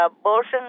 abortion